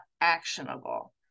actionable